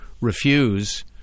refuse